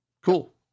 cool